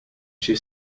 she